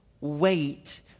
wait